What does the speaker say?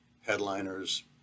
headliners